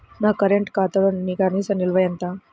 నా కరెంట్ ఖాతాలో కనీస నిల్వ ఎంత?